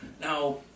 Now